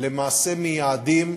למעשה מייעדים,